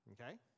okay